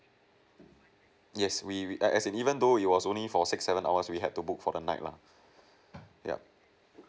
yes we err even though it was only for six seven hours we had to book for the night lah yup